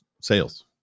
sales